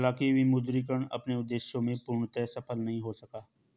हालांकि विमुद्रीकरण अपने उद्देश्य में पूर्णतः सफल नहीं हो सका